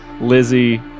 Lizzie